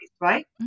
Right